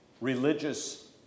religious